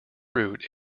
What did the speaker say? route